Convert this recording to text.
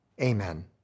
amen